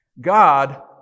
God